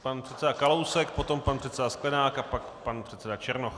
Pan předseda Kalousek, potom pan předseda Sklenák a pak pan předseda Černoch.